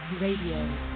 Radio